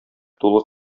тулы